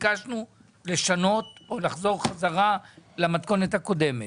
ביקשנו לשנות או לחזור חזרה למתכונת הקודמת,